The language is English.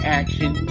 action